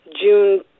June